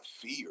fear